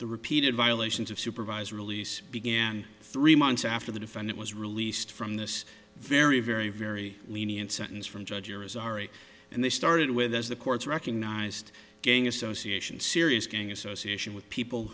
the repeated violations of supervised release began three months after the defendant was released from this very very very lenient sentence from judge irizarry and they started with as the courts recognized gang association serious gang association with people